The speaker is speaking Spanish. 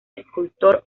escultor